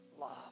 love